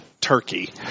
turkey